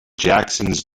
jacksons